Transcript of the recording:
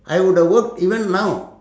I would have worked even now